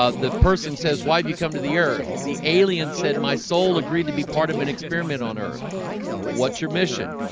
ah the person says why have you come to the earth? the alien said my soul agreed to be part of an experiment on earth what's your mission?